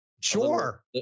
Sure